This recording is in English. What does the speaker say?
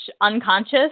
unconscious